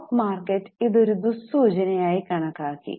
stock market ഇത് ഒരു ദുഃസൂചന ആയി കണക്കാക്കി